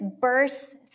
bursts